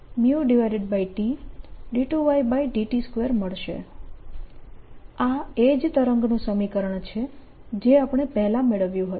આ એ જ તરંગનું સમીકરણ છે જે આપણે પહેલાં મેળવ્યું હતું